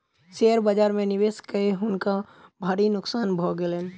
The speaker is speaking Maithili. शेयर बाजार में निवेश कय हुनका भारी नोकसान भ गेलैन